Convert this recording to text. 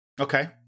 Okay